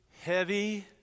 heavy